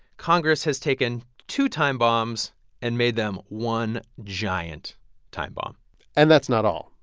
congress has taken two time bombs and made them one giant time bomb and that's not all.